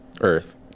Earth